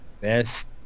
best